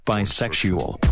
Bisexual